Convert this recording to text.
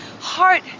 heart